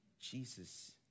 Jesus